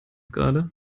gerade